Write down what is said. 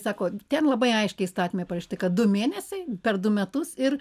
sakot ten labai aiškiai įstatyme parašyta kad du mėnesiai per du metus ir